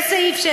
בסעיף 6,